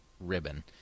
ribbon